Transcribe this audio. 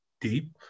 deep